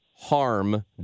harm